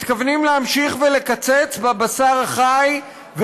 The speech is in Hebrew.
מתכוונים להמשיך ולקצץ בבשר החי,